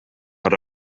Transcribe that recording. but